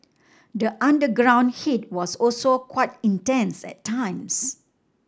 the underground heat was also quite intense at times